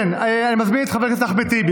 כן, אני מזמין את חבר הכנסת אחמד טיבי.